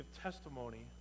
testimony